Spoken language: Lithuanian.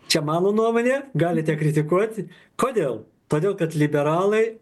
čia mano nuomonė galite kritikuot kodėl todėl kad liberalai